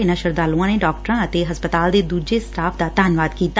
ਇਨਾਂ ਸ਼ਰਧਾਲੁਆਂ ਨੇ ਡਾਕਟਰਾਂ ਅਤੇ ਹਸਪਤਾਲ ਦੇ ਦੁਸਰੇ ਸਟਾਫ਼ ਦਾ ਧੰਨਵਾਦ ਕੀਤਾ